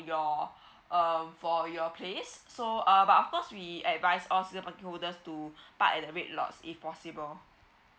your um for your place so um but of course we advise all season parking holders to park at the red lots if possible